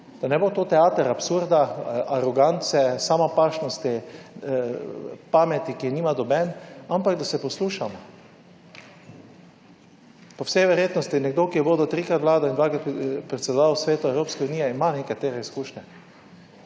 Da ne bo to teater absurda, arogance, samopašnosti, pameti, ki je nima noben, ampak da se poslušamo. Po vsej verjetnosti nekdo, ki je vodil trikrat vlado in dvakrat je predsedoval Svetu Evropske unije, ima nekatere izkušnje,